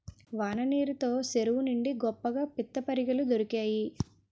వాన నీరు తో సెరువు నిండి గొప్పగా పిత్తపరిగెలు దొరికేయి